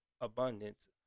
abundance